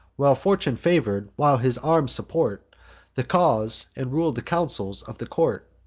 while fortune favor'd, while his arms support the cause, and rul'd the counsels, of the court,